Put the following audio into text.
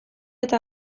eta